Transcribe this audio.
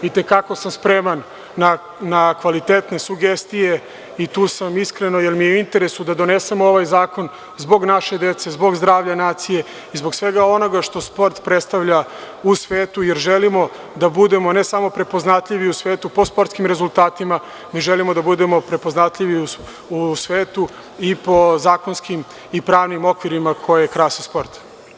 I te kako sam spreman na kvalitetne sugestije i tu sam iskreno jer mi je u interesu da donesemo ovaj zakon zbog naše dece, zbog zdravlja nacije i zbog svega onoga što sport predstavalja u svetu, jer želimo da budemo ne samo prepoznatljivi u svetu po sportskim rezultatima, mi želimo da budemo prepoznatljivi u svetu i po zakonskim i pravnim okvirima koji krase sport.